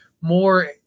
more